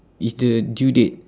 it's the due date